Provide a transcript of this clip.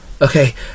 Okay